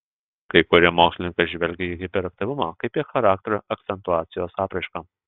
kai kurie mokslininkai žvelgia į hiperaktyvumą kaip į charakterio akcentuacijos apraišką